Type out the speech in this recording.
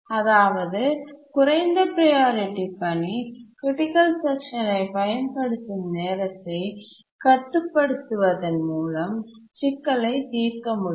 அதாவது குறைந்த ப்ரையாரிட்டி பணி க்ரிட்டிக்கல் செக்ஷன் யைப் பயன்படுத்தும் நேரத்தைக் கட்டுப்படுத்துவதன் மூலம் சிக்கலை தீர்க்க முடியும்